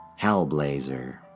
Hellblazer